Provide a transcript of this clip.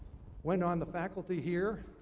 went on the faculty here,